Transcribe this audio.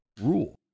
rule